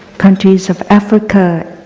countries of africa,